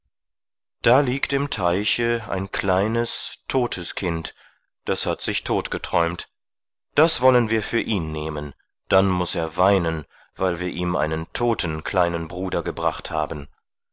da liegt im teiche ein kleines totes kind das hat sich tot geträumt das wollen wir für ihn nehmen dann muß er weinen weil wir ihm einen toten kleinen bruder gebracht haben